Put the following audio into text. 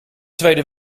tweede